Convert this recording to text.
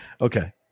okay